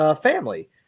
family